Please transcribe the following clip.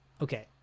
okay